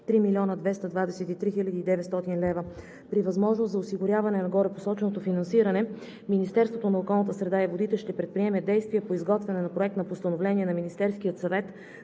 3 млн. 223 хил. 900 лв. При възможност за осигуряване на горепосоченото финансиране Министерството на околната среда и водите ще предприеме действия по изготвяне на проект на постановление на Министерския съвет